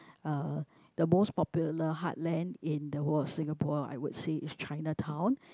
uh the most popular heartland in the whole of Singapore I would say is Chinatown